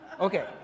Okay